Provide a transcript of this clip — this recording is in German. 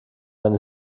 eine